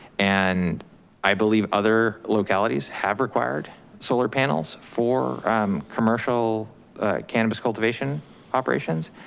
and i believe other localities have required solar panels for um commercial cannabis cultivation operations.